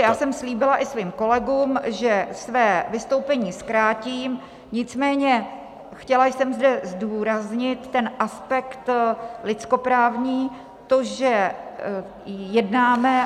Já jsem slíbila i svým kolegům, že své vystoupení zkrátím, nicméně chtěla jsem zde zdůraznit ten aspekt lidskoprávní, to, že jednáme